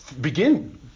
begin